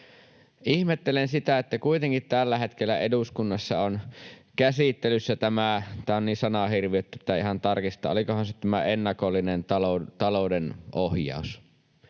Ihmettelen sitä, että kuitenkin tällä hetkellä eduskunnassa on käsittelyssä tämä — tämä on niin sanahirviö, että pitää ihan tarkistaa, olikohan se tämä ennakollinen talouden ohjaus.